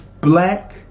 black